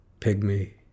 Pygmy